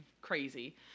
crazy